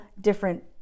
different